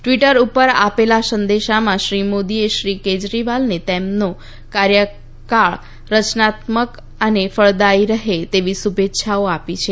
Twitter ઉપર આપેલા સંદેશામાં શ્રી મોદીએ શ્રી કેજરીવાલને તેમનો કાર્યકળ રચનાત્મક અને ફળદાથી રહે તેવી શુભેચ્છાઓ આપી છે